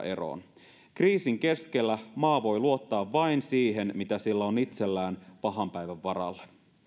eroon kriisin keskellä maa voi luottaa vain siihen mitä sillä on itsellään pahan päivän varalle